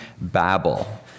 Babel